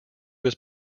was